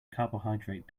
carbohydrate